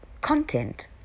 content